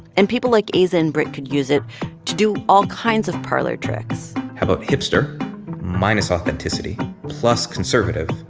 and people like aza and britt could use it to do all kinds of parlor tricks how about hipster minus authenticity plus conservative?